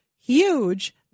huge